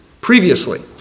previously